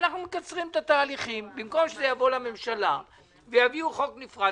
אנחנו מקצרים את התהליכים; במקום שזה יבוא לממשלה ויביאו חוק נפרד,